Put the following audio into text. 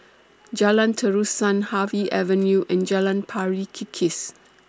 Jalan Terusan Harvey Avenue and Jalan Pari Kikis